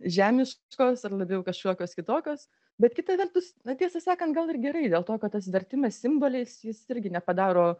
žemiškos ar labiau kažkokios kitokios bet kita vertus na tiesą sakant gal ir gerai dėl to kad tas vertimas simboliais jis irgi nepadaro